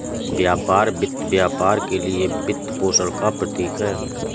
व्यापार वित्त व्यापार के लिए वित्तपोषण का प्रतीक है